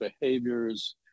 behaviors